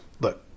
look